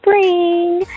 Spring